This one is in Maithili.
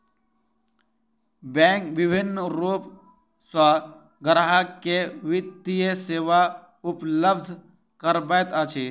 बैंक विभिन्न रूप सॅ ग्राहक के वित्तीय सेवा उपलब्ध करबैत अछि